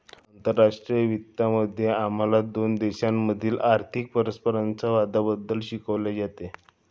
आंतरराष्ट्रीय वित्त मध्ये आम्हाला दोन देशांमधील आर्थिक परस्परसंवादाबद्दल शिकवले जाते